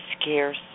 scarce